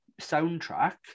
soundtrack